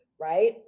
right